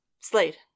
Slade